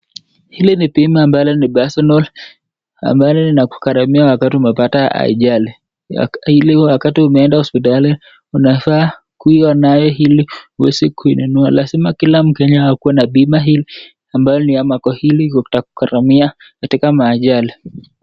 Hili ni bima ambalo ni personal ambalo linakugaramia wakati umepata ajali, ili wakati umeenda hospitali unafaa kuwa nayo ili uweze kuinunua. Lazima kila mkenya akuwe na bima hii ambayo ni Amaco itakugharamia katika maajali.